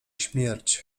śmierć